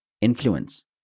influence